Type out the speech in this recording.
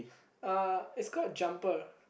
uh it's called Jumper